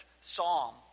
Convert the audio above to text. Psalm